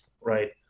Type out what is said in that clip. Right